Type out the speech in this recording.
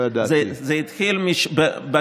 זה התחיל, לא ידעתי.